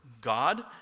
God